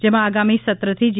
જેમાં આગામી સત્રથી જી